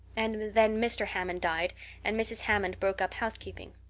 and then mr. hammond died and mrs. hammond broke up housekeeping.